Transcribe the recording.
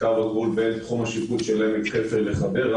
קו הגבול בין תחום השיפוט של עמק חפר לחדרה,